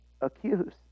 accuse